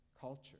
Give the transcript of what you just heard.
culture